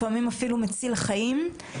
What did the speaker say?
לפעמים אפילו מציל חיים.